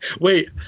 Wait